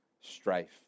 strife